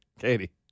Katie